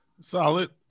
solid